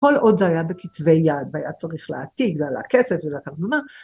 כל עוד זה היה בכתבי יד, והיה צריך להעתיק, זה עלה כסף, זה לקח זמן.